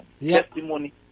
Testimony